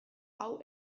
hau